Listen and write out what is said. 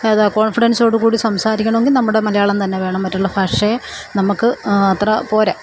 അതാ കോൺഫിഡൻസോട് കൂടി സംസാരിക്കണമെങ്കില് നമ്മുടെ മലയാളം തന്നെ വേണം മറ്റുള്ള ഭാഷയെ നമ്മള്ക്ക് അത്ര പോരാ